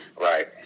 right